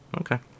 Okay